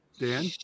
Dan